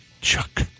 chuck